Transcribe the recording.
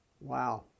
Wow